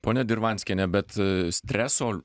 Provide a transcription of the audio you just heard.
ponia dirvanskiene bet streso